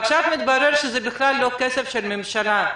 ועכשיו מתברר שזה בכלל לא כסף של ממשלה,